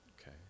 okay